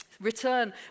Return